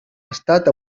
estat